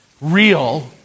Real